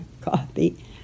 coffee